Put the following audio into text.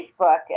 Facebook